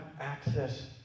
access